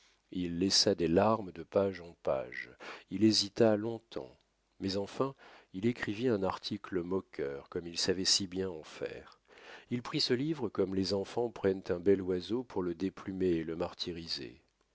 il laissa des larmes de page en page il hésita long-temps mais enfin il écrivit un article moqueur comme il savait si bien en faire il prit ce livre comme les enfants prennent un bel oiseau pour le déplumer et le martyriser